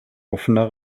offener